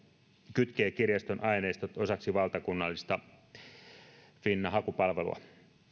kytkee kirjaston aineistot osaksi valtakunnallista finna hakupalvelua